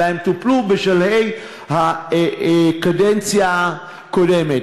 אלא הם טופלו בשלהי הקדנציה הקודמת.